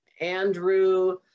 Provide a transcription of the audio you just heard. Andrew